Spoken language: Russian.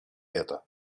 это